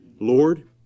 Lord